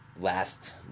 last